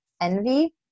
envy